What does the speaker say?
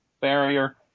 barrier